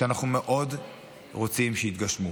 שאנחנו מאוד רוצים שיתגשמו.